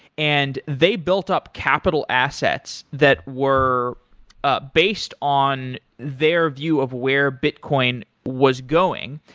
and they built up capital assets that were ah based on their view of where bitcoin was going,